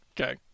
Okay